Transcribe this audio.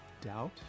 doubt